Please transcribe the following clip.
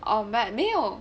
orh like 没有